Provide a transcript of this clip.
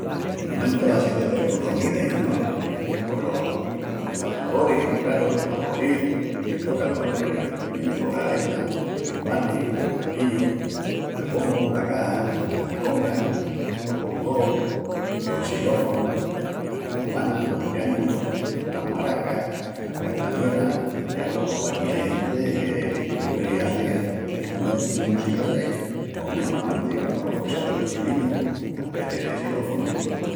Estrumentus assín de pescoçón izis, no? Pos los tam... atamboris, craru, el tamboril que toca'l tamborileru estremeñu cola gaita, los timbalis, los pratillus, el bombu, la caxa, las congas, los bongós, los silófonus, las campanas, los triángulus, las maracas, las castañuelas. I alogu paquí ai genti que discurri i hazi es... estrumentus musicalis pos mesmamenti conos güessus delos chivinus aspeci de silófonu.